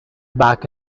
back